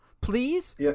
please